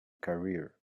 career